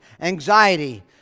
anxiety